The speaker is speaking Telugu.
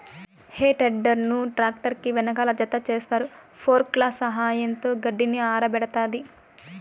హే టెడ్డర్ ను ట్రాక్టర్ కి వెనకాల జతచేస్తారు, ఫోర్క్ల సహాయంతో గడ్డిని ఆరబెడతాది